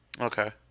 okay